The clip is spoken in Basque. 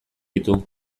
ditu